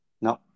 No